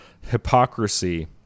hypocrisy